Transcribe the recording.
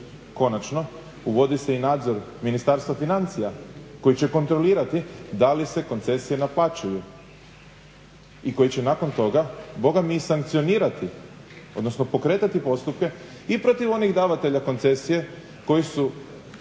konačno uvodi se i nadzor Ministarstva financija koji će kontrolirati da li se koncesije naplaćuju i koji će nakon toga Boga mi i sankcionirati, odnosno pokretati postupke i protiv onih davatelja koncesije koji su